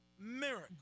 Miracle